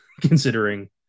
considering